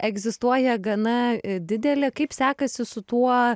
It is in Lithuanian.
egzistuoja gana didelė kaip sekasi su tuo